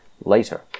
later